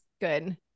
good